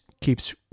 keeps